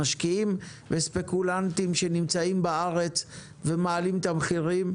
משקיעים וספקולנטים שנמצאים בארץ ומעלים את המחירים,